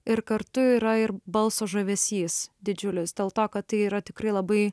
ir kartu yra ir balso žavesys didžiulis dėl to kad tai yra tikrai labai